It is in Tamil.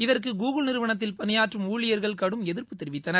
இதற்கு கூகுள் நிறுவனத்தில் பணியாற்றும் ஊழியர்கள் கடும் எதிர்ப்பு தெரிவித்தனர்